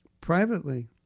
privately